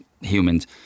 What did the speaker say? Humans